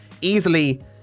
easily